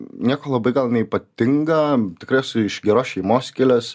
nieko labai gal neypatinga tikrai esu iš geros šeimos kilęs